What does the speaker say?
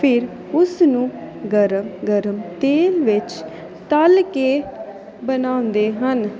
ਫਿਰ ਉਸਨੂੰ ਗਰਮ ਗਰਮ ਤੇਲ ਵਿੱਚ ਤਲ ਕੇ ਬਣਾਉਂਦੇ ਹਨ